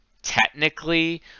technically